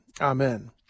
Amen